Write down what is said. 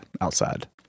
outside